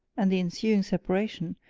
and the ensuing separation,